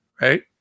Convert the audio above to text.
right